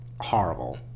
horrible